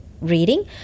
reading